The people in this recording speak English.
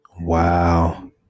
Wow